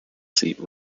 seat